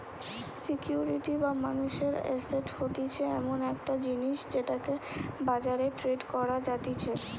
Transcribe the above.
security বা মানুষের asset হতিছে এমন একটা জিনিস যেটাকে বাজারে ট্রেড করা যাতিছে